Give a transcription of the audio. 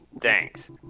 Thanks